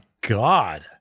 God